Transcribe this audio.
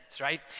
right